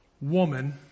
woman